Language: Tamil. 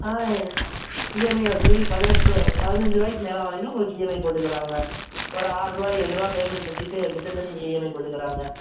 ஆ இஎம்ஐ வசதியும் பதினெட்டு ரூபா பதினைஞ்சு ரூபாய்க்கு மேலே வாங்குனீங்கன்னால் உங்களுக்கு இஎம்ஐ போட்டுத் தருவாங்க ஒரு ஆறு ரூபா ஏழு ரூபா பேமெண்ட் கட்டிவிட்டு மிச்சத்தை நீங்கள் இஎம்ஐ போட்டுக்கலாங்க